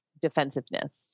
defensiveness